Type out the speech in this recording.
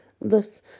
thus